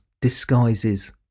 disguises